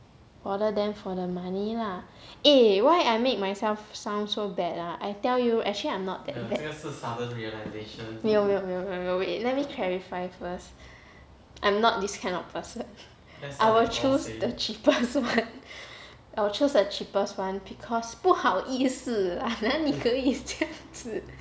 order them for the money lah eh why I made myself sound so bad ah I tell you actually I'm not that bad 没有没有没有 wait let me clarify first I'm not this kind of person I will choose the cheapest [one] I will choose the cheapest one because 不好意思啊哪里可以这样子